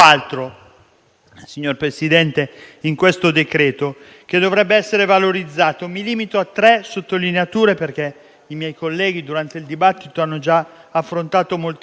signor Presidente, che dovrebbe essere valorizzato. Mi limito a tre sottolineature perché i miei colleghi durante il dibattito hanno già affrontato molte questioni.